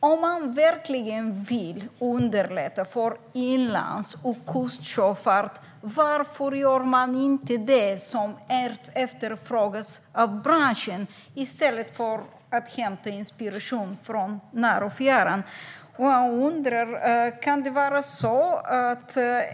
Om man verkligen vill underlätta för inlands och kustsjöfart, varför gör man inte det som efterfrågas av branschen i stället för att hämta inspiration från när och fjärran?